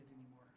anymore